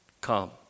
come